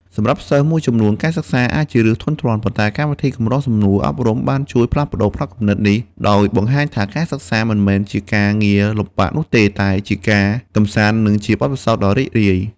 សម្រាប់សិស្សមួយចំនួន ការសិក្សាអាចជារឿងធុញទ្រាន់ ប៉ុន្តែកម្មវិធីកម្រងសំណួរអប់រំបានជួយផ្លាស់ប្តូរផ្នត់គំនិតនេះ ដោយបង្ហាញថាការសិក្សាមិនមែនជាការងារលំបាកនោះទេ តែជាការកម្សាន្ត និងជាបទពិសោធន៍ដ៏រីករាយ។